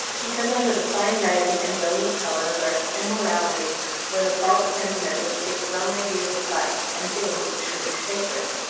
because under the fine writing and brilliant color lurks immorality or the false sentiment which gives wrong ideas of life and things which should be sacred.